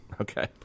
Okay